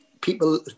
People